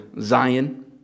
Zion